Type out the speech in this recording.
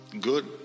good